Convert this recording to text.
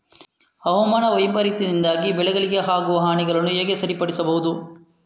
ಹವಾಮಾನ ವೈಪರೀತ್ಯದಿಂದ ಬೆಳೆಗಳಿಗೆ ಆಗುವ ಹಾನಿಗಳನ್ನು ಹೇಗೆ ಸರಿಪಡಿಸಬಹುದು?